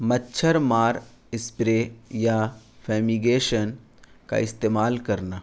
مچھر مار اسپرے یا فیمیگیشن کا استعمال کرنا